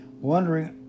wondering